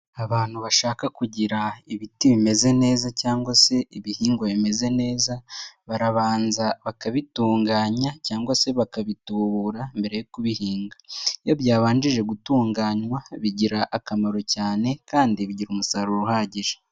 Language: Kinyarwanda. Abantu bashaka kugira ibiti bimeze neza cyangwa se ibihingwa bimeze neza, barabanza bakabitunganya cyangwa se bakabitubura mbere yo kubihinga, iyo byabanjije gutunganywa bigira akamaro cyane kandi bigira umusaruro uhagije.